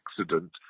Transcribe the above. accident